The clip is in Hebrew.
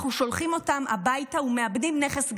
אנחנו שולחים אותם הביתה ומאבדים נכס גדול.